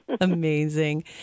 Amazing